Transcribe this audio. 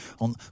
On